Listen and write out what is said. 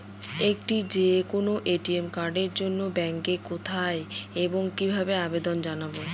একটি যে কোনো এ.টি.এম কার্ডের জন্য ব্যাংকে কোথায় এবং কিভাবে আবেদন জানাব?